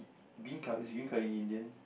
bean curry is green curry Indian